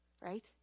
right